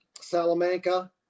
Salamanca